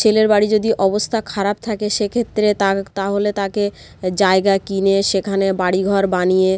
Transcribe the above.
ছেলের বাড়ি যদি অবস্থা খারাপ থাকে সেক্ষেত্রে তার তাহলে তাকে জায়গা কিনে সেখানে বাড়ি ঘর বানিয়ে